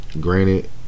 Granted